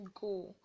go